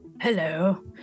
Hello